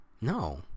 No